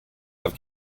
have